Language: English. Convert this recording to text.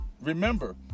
remember